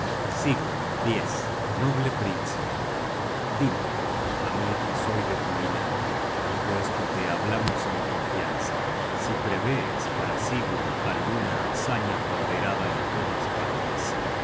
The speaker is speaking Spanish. noble príncipe dime á mí que soy de tu linaje y puesto que hablamos en confianza si prevés para sigurd alguna hazaña ponderada en todas partes